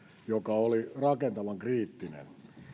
joka oli rakentavan kriittinen